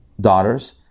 daughters